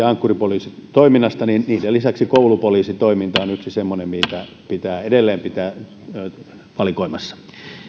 ankkuri poliisitoiminnasta niin niiden lisäksi koulupoliisitoiminta on yksi semmoinen mikä pitää edelleen pitää valikoimassa